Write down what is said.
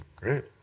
Great